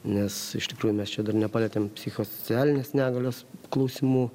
nes iš tikrųjų mes čia dar nepalietėm psichosocialinės negalios klausimų